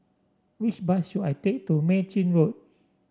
which bus should I take to Mei Chin Road